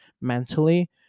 mentally